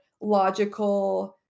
logical